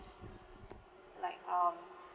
like um